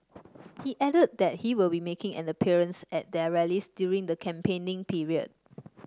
he added that he will be making an appearance at their rallies during the campaigning period